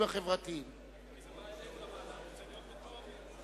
אנחנו עוברים להצעות חוק של חברי הכנסת.